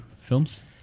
films